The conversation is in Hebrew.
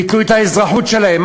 ביטלו את האזרחות שלהם,